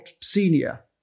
senior